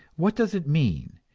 what does it mean,